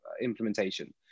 implementation